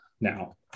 now